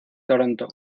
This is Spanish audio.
toronto